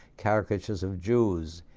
caricatures of jews,